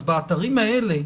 אז באתרים האלה,